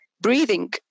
breathing